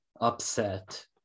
upset